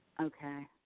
Okay